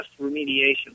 remediation